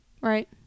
Right